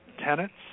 tenants